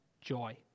joy